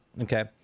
okay